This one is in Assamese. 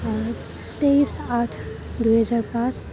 তেইছ আঠ দুহেজাৰ পাঁচ